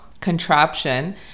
contraption